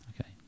Okay